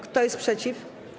Kto jest przeciw?